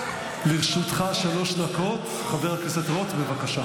לרשותך שלוש דקות, חבר הכנסת רוט, בבקשה.